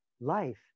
life